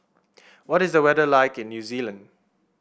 what is the weather like in New Zealand